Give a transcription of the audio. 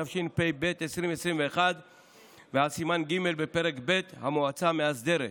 התשפ"ב 2021 ועל סימן ג' בפרק ב' (המועצה המאסדרת)